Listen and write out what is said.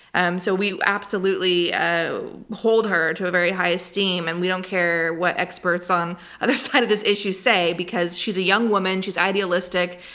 um so we absolutely ah hold her to a very high esteem, and we don't care what experts on either side of this issue say, because she's a young woman, she's idealistic,